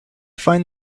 find